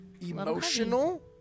emotional